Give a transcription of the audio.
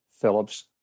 Phillips